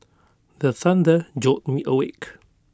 the thunder jolt me awake